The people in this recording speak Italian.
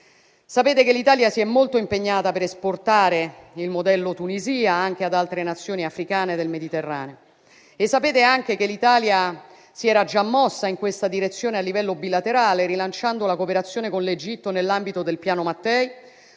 Sapete che l'Italia si è molto impegnata per esportare il modello Tunisia anche ad altre Nazioni africane del Mediterraneo e sapete anche che l'Italia si era già mossa in questa direzione a livello bilaterale, rilanciando la cooperazione con l'Egitto nell'ambito del Piano Mattei;